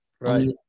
right